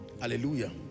Hallelujah